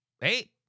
hey